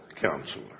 Counselor